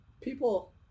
people